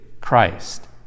Christ